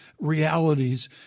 realities